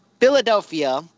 Philadelphia